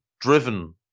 driven